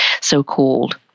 so-called